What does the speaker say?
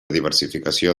diversificació